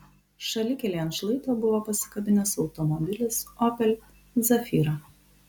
šalikelėje ant šlaito buvo pasikabinęs automobilis opel zafira